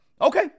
Okay